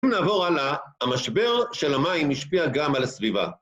אם נעבור הלאה, המשבר של המים השפיע גם על הסביבה.